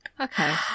Okay